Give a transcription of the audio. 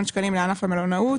לענף המלונאות,